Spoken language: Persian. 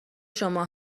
شما